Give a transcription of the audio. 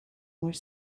were